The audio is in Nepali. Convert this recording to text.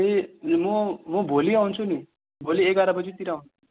ए म म भोलि आउँछु नि भोलि एघार बजीतिर आउँछु